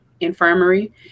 Infirmary